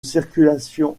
circulation